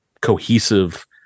cohesive